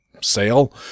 sale